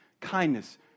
kindness